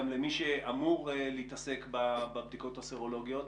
למי שאמור להתעסק בבדיקות הסרולוגיות,